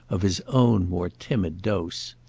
of his own more timid dose.